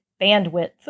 bandwidth